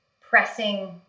pressing